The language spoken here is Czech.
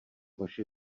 vaše